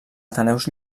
ateneus